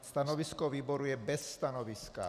Stanovisko výboru je bez stanoviska.